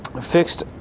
fixed